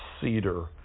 cedar